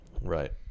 Right